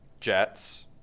Jets